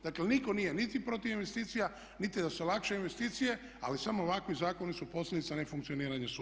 Dakle, nitko nije niti protiv investicija, niti da se olakšaju investicije ali samo ovakvi zakoni su posljedica nefunkcioniranja sustava.